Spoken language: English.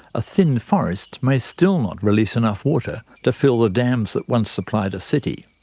a thin forest may still not release enough water to fill the dams that once supplied a city.